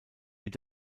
mit